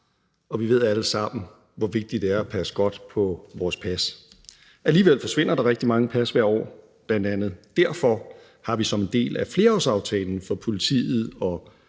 Vi ved alle sammen, hvor vigtigt det er at passe godt på vores pas – alligevel forsvinder der rigtig mange pas hvert år. Bl.a. derfor har vi som en del af flerårsaftalen mellem politiet og